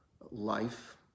life